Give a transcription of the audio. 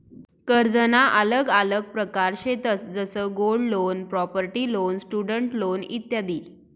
कर्जना आल्लग आल्लग प्रकार शेतंस जसं gold loan, property loan, student loan इत्यादी